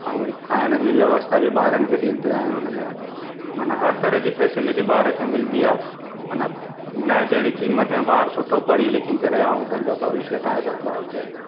ऐं खाइण जी व्यवस्था बि ॿारनि खे ॾींदियूं आहिनि हुनमें मना हर तरह जी फैसिलिटी ॿार खे मिलंदी आहे मना न जहिड़ी कीमत में ॿार सुठो पढ़ी लिखी करे ऐं पंहिंजो भविष्य ठाहे सघंदो आहे हुते